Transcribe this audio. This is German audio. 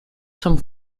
zum